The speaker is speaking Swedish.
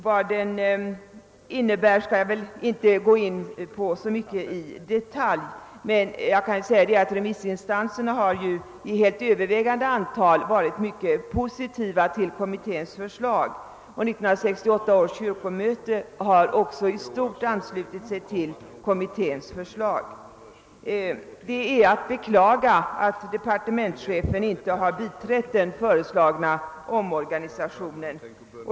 Jag skall väl inte i detalj gå in på vad den innebär men kan nämna att remissinstanserna till helt övervägande del varit mycket positivt inställda till kommitténs förslag. 1968 års kyrkomöte har också i stort anslutit sig till kommitténs förslag. Det är att beklaga att departementschefen inte har biträtt den föreslagna omorganisationen.